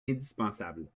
indispensable